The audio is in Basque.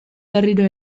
berriro